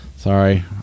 sorry